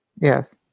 Yes